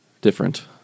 Different